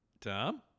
Tom